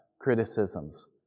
criticisms